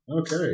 Okay